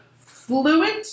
fluent